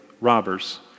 robbers